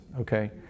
okay